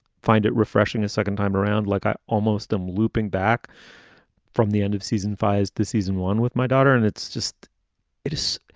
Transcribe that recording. find it refreshing a second time around, like i almost am looping back from the end of season five as the season one with my daughter, and it's just it is.